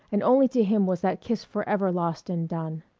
and only to him was that kiss forever lost and done.